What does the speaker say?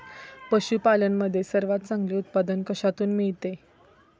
पशूपालन मध्ये सर्वात चांगले उत्पादन कशातून मिळते?